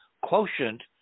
quotient